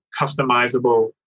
customizable